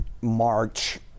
March